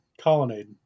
colonnade